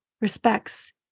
respects